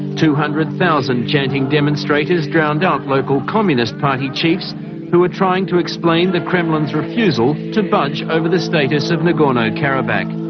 two hundred thousand chanting demonstrators drowned out local communist party chiefs who were trying to explain the kremlin's refusal to budge over the status of nagorno-karabakh.